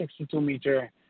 62-meter